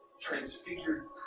transfigured